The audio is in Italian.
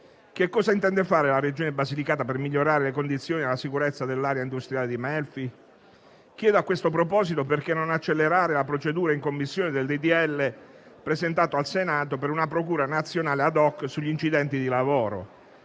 Che cosa intende fare la Regione Basilicata per migliorare le condizioni e la sicurezza dell'area industriale di Melfi? Chiedo, a questo proposito, perché non accelerare in Commissione l'*iter* del disegno di legge presentato in Senato per una procura nazionale *ad hoc* per gli incidenti sul lavoro: